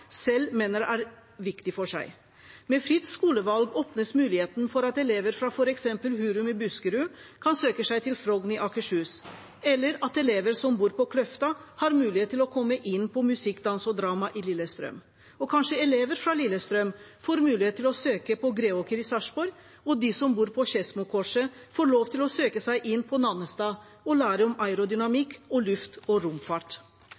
selv mener er riktig for seg. Med fritt skolevalg åpnes muligheten for at elever fra f.eks. Hurum i Buskerud kan søke seg til Frogn videregående skole i Akershus, eller at elever som bor på Kløfta, har mulighet til å komme inn på musikk, dans og drama i Lillestrøm. Kanskje får elever fra Lillestrøm mulighet til å søke på Greåker i Sarpsborg, og de som bor på Skedsmokorset, får lov til å søke seg inn på Nannestad og lære om aerodynamikk og luft- og romfart.